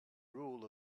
rule